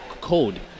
code